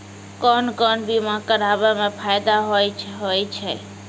कोन कोन बीमा कराबै मे फायदा होय होय छै?